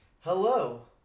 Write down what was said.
Hello